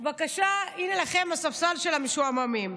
בבקשה, הינה לכם הספסל של המשועממים.